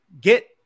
get